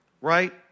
right